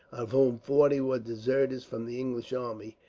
of whom forty were deserters from the english army,